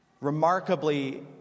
Remarkably